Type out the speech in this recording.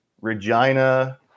Regina